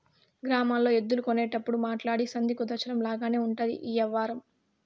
గ్రామాల్లో ఎద్దులు కొనేటప్పుడు మాట్లాడి సంధి కుదర్చడం లాగానే ఉంటది ఈ యవ్వారం